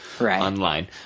online